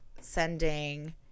sending